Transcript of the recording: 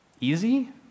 easy